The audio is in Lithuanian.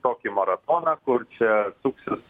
tokį maratoną kur čia suksis